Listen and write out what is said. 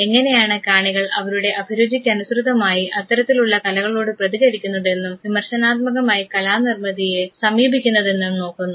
എങ്ങനെയാണ് കാണികൾ അവരുടെ അഭിരുചിക്ക് അനുസൃതമായി അത്തരത്തിലുള്ള കലകളോട് പ്രതികരിക്കുന്നത് എന്നും വിമർശനാത്മകമായി കലാനിർമ്മിതിയെ സമീപിക്കുന്നത് എന്നും നോക്കുന്നു